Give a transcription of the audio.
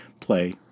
play